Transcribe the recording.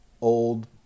old